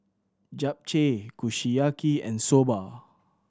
Japchae Kushiyaki and Soba